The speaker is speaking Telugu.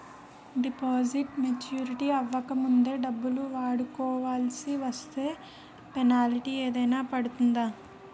డిపాజిట్ మెచ్యూరిటీ అవ్వక ముందే డబ్బులు వాడుకొవాల్సి వస్తే పెనాల్టీ ఏదైనా పడుతుందా?